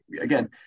again